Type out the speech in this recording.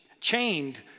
chained